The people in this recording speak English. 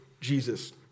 Jesus